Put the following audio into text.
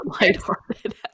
lighthearted